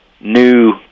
new